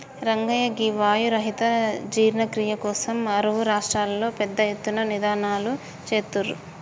రంగయ్య గీ వాయు రహిత జీర్ణ క్రియ కోసం అరువు రాష్ట్రంలో పెద్ద ఎత్తున నినాదలు సేత్తుర్రు